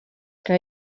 que